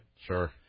sure